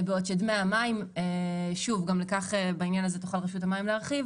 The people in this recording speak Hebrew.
בעוד שדמי המים גם לכך בעניין הזה תוכל רשות המים להרחיב